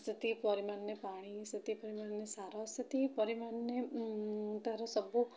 ସେତିକି ପରିମାଣରେ ପାଣି ସେତିକି ପରିମାଣରେ ସାର ସେତିକି ପରିମାଣରେ ତା'ର ସବୁ